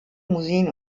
museen